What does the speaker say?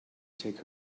take